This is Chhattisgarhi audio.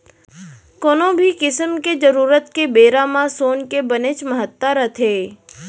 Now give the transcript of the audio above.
कोनो भी किसम के जरूरत के बेरा म सोन के बनेच महत्ता रथे